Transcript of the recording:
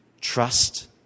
Trust